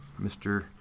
mr